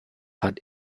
hat